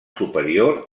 superior